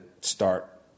start